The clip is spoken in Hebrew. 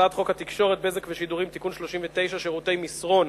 הצעת חוק התקשורת (בזק ושידורים) (תיקון מס' 39) (שירותי מסרון)